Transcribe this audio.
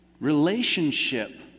relationship